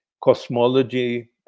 cosmology